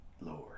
Lord